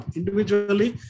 individually